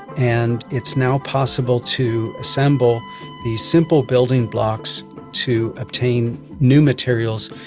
and it's now possible to assemble these simple building blocks to obtain new materials.